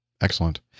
excellent